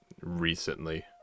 recently